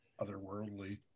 otherworldly